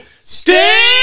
Stay